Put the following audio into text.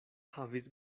havis